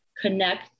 connect